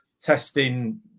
testing